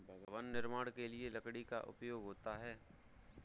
भवन निर्माण के लिए लकड़ी का उपयोग होता है